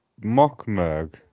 Mockmerg